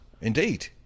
Indeed